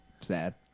sad